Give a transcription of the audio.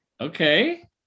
okay